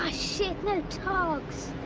shit. no togs.